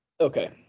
Okay